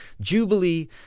Jubilee